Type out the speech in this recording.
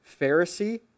Pharisee